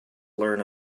learn